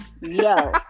Yo